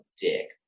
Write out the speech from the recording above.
dick